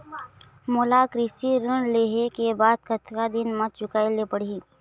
मोला कृषि ऋण लेहे के बाद कतका दिन मा चुकाए ले पड़ही?